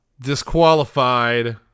disqualified